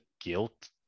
guilt